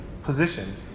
Position